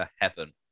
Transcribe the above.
heaven